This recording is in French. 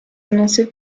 annoncé